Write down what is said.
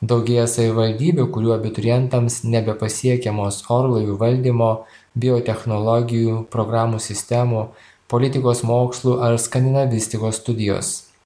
daugėja savivaldybių kurių abiturientams nebepasiekiamos orlaivių valdymo biotechnologijų programų sistemų politikos mokslų ar skandinavistikos studijos